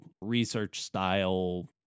research-style